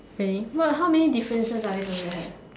really what how many differences are we supposed to have